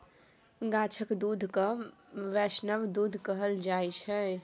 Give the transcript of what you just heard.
गाछक दुध केँ बैष्णव दुध कहल जाइ छै